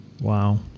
wow